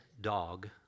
dog